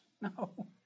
No